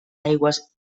aigües